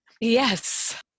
Yes